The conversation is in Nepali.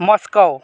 मस्को